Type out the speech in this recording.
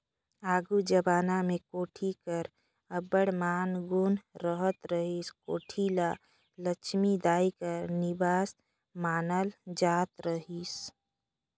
आघु जबाना मे कोठी कर अब्बड़ मान गुन रहत रहिस, कोठी ल लछमी दाई कर निबास मानल जात रहिस